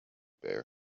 bear